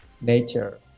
nature